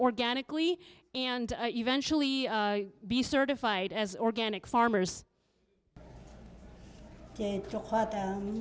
organically and eventually be certified as organic farmers